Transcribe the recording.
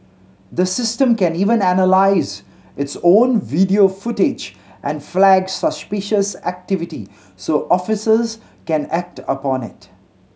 the system can even analyse its own video footage and flag suspicious activity so officers can act upon it